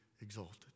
exalted